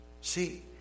See